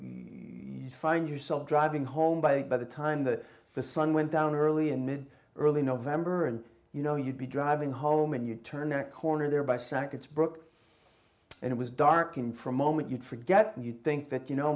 you'd find yourself driving home by by the time that the sun went down early in mid early november and you know you'd be driving home and you'd turn in a corner thereby sackets brooke and it was dark and for a moment you'd forget you'd think that you know